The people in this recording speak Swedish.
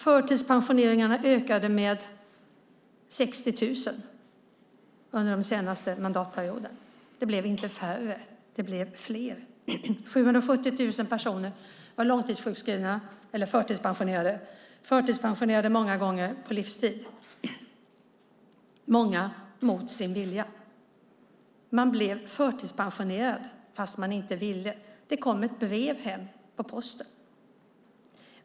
Förtidspensioneringarna ökade med 60 000 under den senaste mandatperioden. Det blev inte färre, det blev fler. 770 000 personer var långtidssjukskrivna eller förtidspensionerade - många förtidspensionerade på livstid och mot sin vilja. Man blev förtidspensionerad fast man inte ville. Det kom ett brev hem på posten.